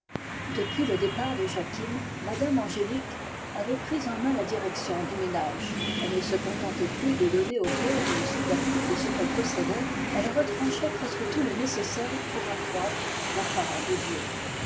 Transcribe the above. depuis le départ de jacquine mme angélique avait pris en main la direction du ménage elle ne se contentait plus de donner aux pauvres le superflu de ce qu'elle possédait elle retranchait presque tout le nécessaire pour accroître la part de dieu